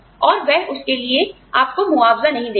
और वह उसके लिए आपको मुआवजा नहीं देंगे